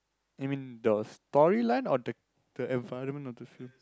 you mean the storyline or the the environment or the feel